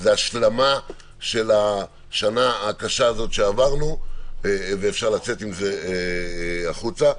זו השלמה של השנה הקשה הזו שעברנו ואפשר לצאת עם זה החוצה.